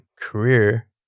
career